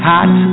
Hot